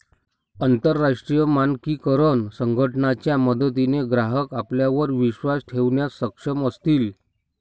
अंतरराष्ट्रीय मानकीकरण संघटना च्या मदतीने ग्राहक आपल्यावर विश्वास ठेवण्यास सक्षम असतील